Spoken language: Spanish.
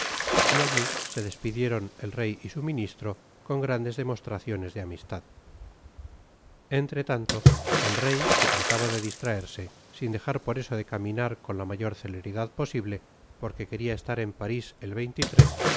y alli se despidieron el rey y su ministro con grandes demostraciones de amistad entre tanto el rey que tratraba de distraerse sin dejar por eso de caminar con la mayor celeridad posible porque queria estar en paris el